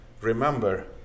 remember